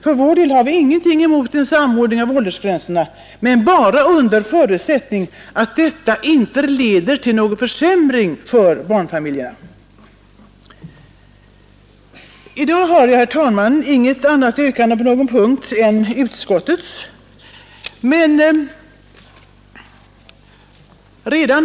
För vår del har vi ingenting emot en samordning av åldersgränserna, men bara under förutsättning att detta inte leder till någon försämring för barnfamiljerna. I dag har jag, herr talman, inget annat yrkande på någon punkt än utskottet.